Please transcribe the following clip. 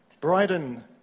Bryden